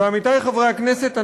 ועמיתי חברי הכנסת,